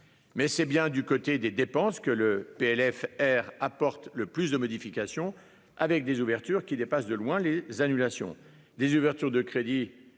Mais c'est bien du côté des dépenses que ce PLFR apporte le plus de modifications avec des ouvertures qui dépassent de loin les annulations.